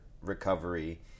recovery